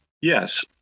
Yes